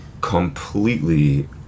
Completely